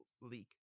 leak